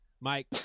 Mike